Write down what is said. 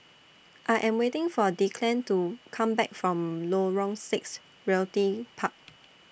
I Am waiting For Declan to Come Back from Lorong six Realty Park